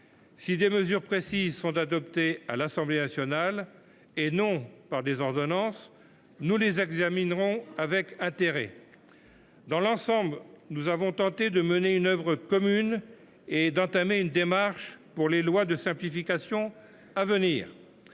Si des mesures précises sont adoptées à l’Assemblée nationale, et non par ordonnance, nous les examinerons avec intérêt. Dans l’ensemble, nous avons tenté de faire œuvre commune et d’entamer une démarche pour les lois de simplification à venir.